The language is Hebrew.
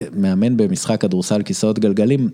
מאמן במשחק כדורסל כיסאות גלגלים.